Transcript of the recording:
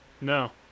no